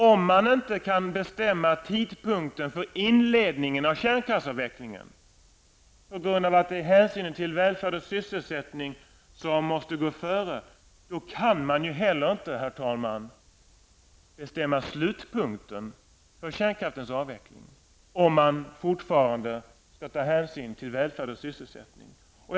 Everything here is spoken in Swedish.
Om man inte kan bestämma tidpunkten för inledningen av kärnkraftsavvecklingen, vilket regeringen hävdar, på grund av att hänsynen till välfärd och sysselsättning måste gå före, kan man inte heller bestämma slutpunkten för kärnkraftsavvecklingen om man fortfarande skall ta hänsyn till dessa faktorer.